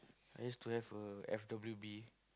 I used to have a F_W_B